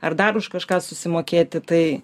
ar dar už kažką susimokėti tai